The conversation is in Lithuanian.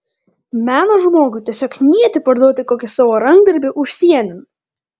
meno žmogui tiesiog knieti parduoti kokį savo rankdarbį užsienin